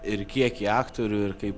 ir kiekį aktorių ir kaip